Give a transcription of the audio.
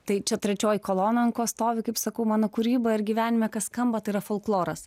tai čia trečioji kolona ant ko stovi kaip sakau mano kūryba ir gyvenime kas skamba tai yra folkloras